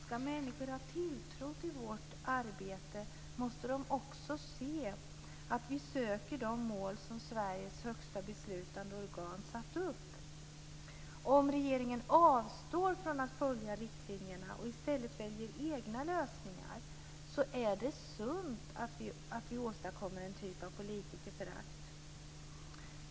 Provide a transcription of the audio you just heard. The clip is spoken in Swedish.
Ska människor ha tilltro till vårt arbete måste de också se att vi söker de mål som Sveriges högsta beslutande organ satt upp. Om regeringen avstår från att följa riktlinjerna och i stället väljer egna lösningar är det bara sunt om man på detta vis åstadkommer en typ av politikerförakt.